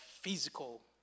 physical